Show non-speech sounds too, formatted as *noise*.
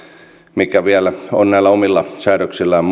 mikä vielä on näillä omilla säädöksillään *unintelligible*